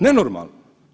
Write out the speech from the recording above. Nenormalno.